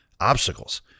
obstacles